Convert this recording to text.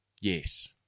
Yes